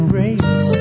race